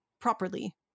properly